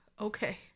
Okay